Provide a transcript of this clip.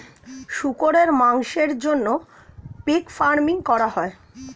শুকরের মাংসের জন্য পিগ ফার্মিং করা হয়